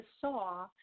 saw